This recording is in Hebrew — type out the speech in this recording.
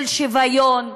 של שוויון,